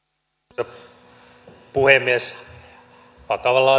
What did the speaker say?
arvoisa puhemies vakavaa